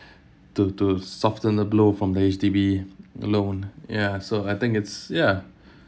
to to soften the blow from the H_D_B loan ya so I think it's ya